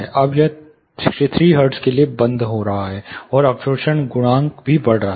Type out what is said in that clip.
अब यह 63 हर्ट्ज के लिए बंद हो रहा है और अवशोषण गुणांक भी बढ़ रहा है